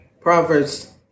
Proverbs